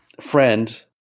friend